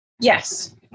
Yes